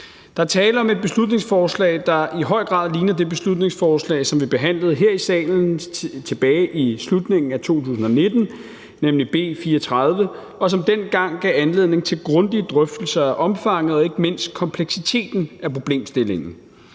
Der er tale om et beslutningsforslag, der i høj grad ligner det beslutningsforslag, som vi behandlede her i salen tilbage i slutningen af 2019, nemlig B 34, og som dengang gav anledning til grundige drøftelser af omfanget og ikke mindst kompleksiteten af problemstillingen.